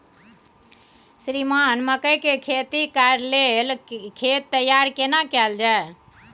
श्रीमान मकई के खेती कॉर के लेल खेत तैयार केना कैल जाए?